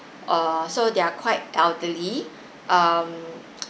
uh so they are quite elderly um